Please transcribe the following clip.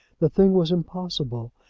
the thing was impossible,